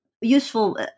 useful